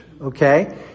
okay